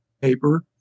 paper